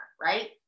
right